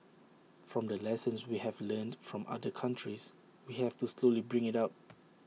from the lessons we have learnt from other countries we have to slowly bring IT up